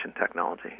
technology